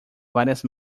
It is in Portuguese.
várias